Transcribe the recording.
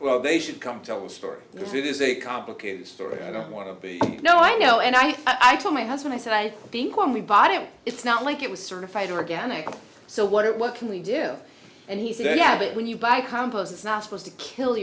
well they should come tell the story it is a complicated story i don't want to know i know and i think i told my husband i said i think when we bought it it's not like it was certified organic so what it what can we do and he said yeah but when you buy companies it's not supposed to kill